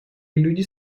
люди